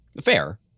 Fair